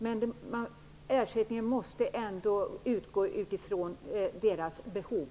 Men ersättningen måste utgå utifrån deras behov.